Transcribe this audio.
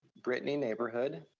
brittany neighborhood,